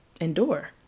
endure